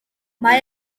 mae